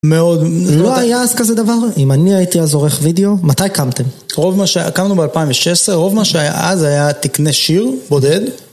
לא היה אז כזה דבר? אם אני הייתי אז עורך וידאו, מתי קמתם? קמנו ב-2016, רוב מה שאז היה תקנה שיר בודד.